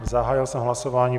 Zahájil jsem hlasování.